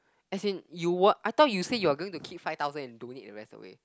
as in you what I thought you say you're going to keep five thousand and donate the rest away